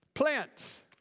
Plants